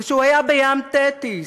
כשהוא היה ב"ים תטיס",